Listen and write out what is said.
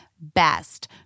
best